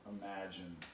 imagine